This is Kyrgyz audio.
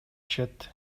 чет